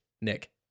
Nick